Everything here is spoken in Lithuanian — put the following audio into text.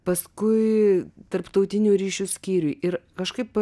paskui tarptautinių ryšių skyriui ir kažkaip